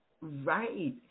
Right